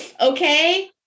okay